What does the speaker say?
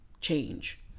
change